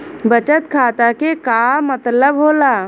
बचत खाता के का मतलब होला?